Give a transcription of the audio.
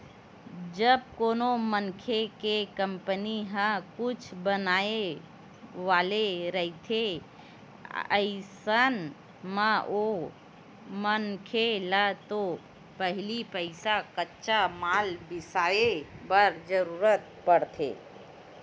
जब कोनो मनखे के कंपनी ह कुछु बनाय वाले रहिथे अइसन म ओ मनखे ल तो पहिली पइसा कच्चा माल बिसाय बर जरुरत पड़थे